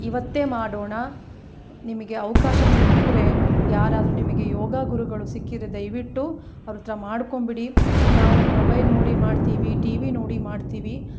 ಇವತ್ತೇ ಮಾಡೋಣ ನಿಮಗೆ ಅವಕಾಶ ಸಿಕ್ಕಿದರೆ ಯಾರಾದರು ನಿಮಗೆ ಯೋಗ ಗುರುಗಳು ಸಿಕ್ಕಿದರೆ ದಯವಿಟ್ಟು ಅವ್ರ ಹತ್ರ ಮಾಡ್ಕೊಂಬಿಡಿ ನಾವು ಮೊಬೈಲ್ ನೋಡಿ ಮಾಡ್ತೀವಿ ಟಿ ವಿ ನೋಡಿ ಮಾಡ್ತೀವಿ